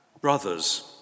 Brothers